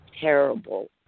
terrible